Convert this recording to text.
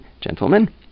gentlemen